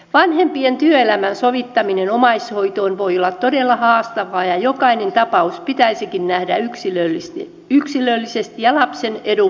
vanhempien työelämän sovittaminen omaishoitoon voi olla todella haastavaa ja jokainen tapaus pitäisikin nähdä yksilöllisesti ja lapsen edun mukaisesti